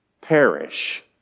perish